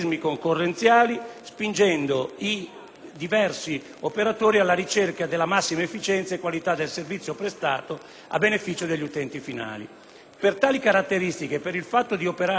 diversi operatori alla ricerca della massima efficienza e qualità del servizio prestato a beneficio degli utenti finali. Per tali caratteristiche e per il fatto di operare in contesti e secondo regole totalmente diversi,